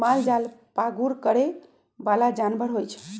मालजाल पागुर करे बला जानवर होइ छइ